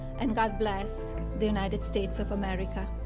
and god bless the united states of america.